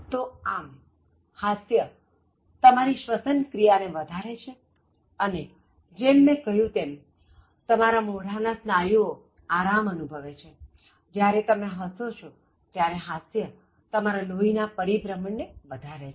તોઆમહાસ્ય તમારી શ્વસન ક્રિયા ને વધારે છેઅને જેમ મેં કહ્યું તેમ તમારા મોઢા ના સ્નાયુઓ આરામ અનુભવે છેજ્યારે તમે હસો છો ત્યારે હાસ્ય તમારા લોહી ના પરિભ્રમણ ને વધારે છે